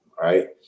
right